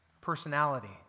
personality